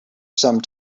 some